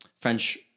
French